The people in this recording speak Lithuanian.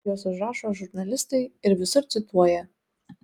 juos užrašo žurnalistai ir visur cituoja